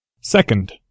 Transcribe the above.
Second